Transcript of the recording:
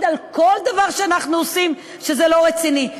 על כל דבר שאנחנו עושים שזה לא רציני.